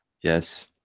yes